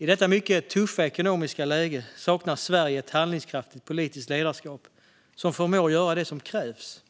I detta mycket tuffa ekonomiska läge saknar Sverige ett handlingskraftigt politiskt ledarskap som förmår göra det som krävs.